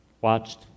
watched